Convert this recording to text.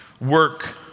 work